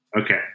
Okay